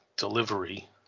Delivery